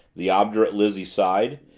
the obdurate lizzie sighed.